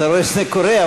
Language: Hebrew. אתה רואה שזה קורה,